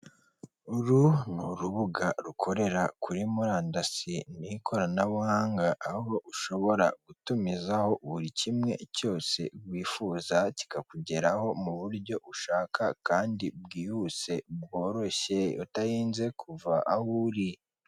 Uru ni urubuga rukorera kuri murandasi n'ikoranabunga, aho ushobora gutumizaho buri kimwe cyose wifuza, kikakugeraho mu buryo ushaka kandi bwihuse, bworoshe utarinze kuva aho uri.